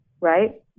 right